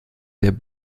der